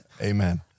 Amen